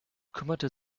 kümmerte